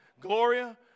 Gloria